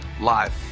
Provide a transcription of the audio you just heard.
live